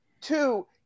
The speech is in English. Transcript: Two